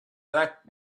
that